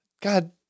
God